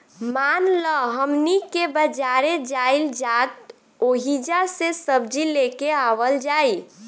मान ल हमनी के बजारे जाइल जाइत ओहिजा से सब्जी लेके आवल जाई